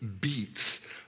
beats